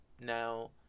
Now